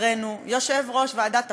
חברנו יושב-ראש ועדת הפנים,